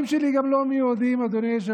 הדברים שלי גם לא מיועדים לקואליציה.